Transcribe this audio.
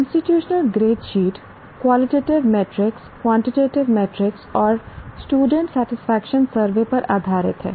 institutional संस्थागत grade sheet qualitative metric quantitative matrix और student satisfaction survey पर आधारित है